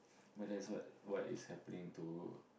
but that's what what is happening to